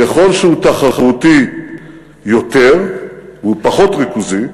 ככל שהוא תחרותי יותר והוא פחות ריכוזי,